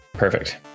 Perfect